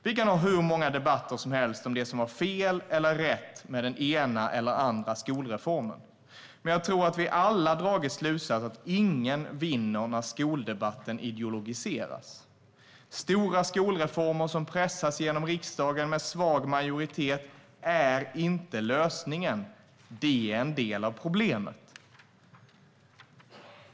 Vi kan ha hur många debatter som helst om det som var fel eller rätt med den ena eller andra skolreformen, men jag tror att vi alla dragit slutsatsen att ingen vinner när skoldebatten ideologiseras. Stora skolreformer som pressas genom riksdagen med svag majoritet är inte lösningen. De är en del av problemet.